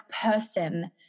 person